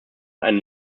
einen